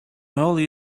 early